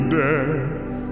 death